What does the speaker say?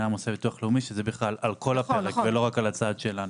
--- ביטוח לאומי שזה בכלל על כל הפרק ולא רק על הצעד שלנו.